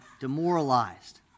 demoralized